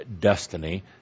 destiny